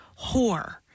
whore